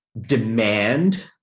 demand